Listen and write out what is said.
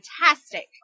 fantastic